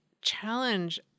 challenge